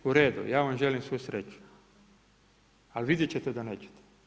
U redu, ja vam želim svu sreću, ali vidjet ćete da nećete.